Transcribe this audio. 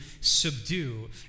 subdue